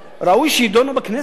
ראוי שיידונו בכנסת.